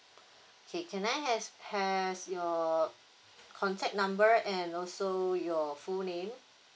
okay can I has has your contact number and also your full name